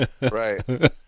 Right